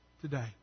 today